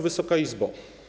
Wysoka Izbo!